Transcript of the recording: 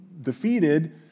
defeated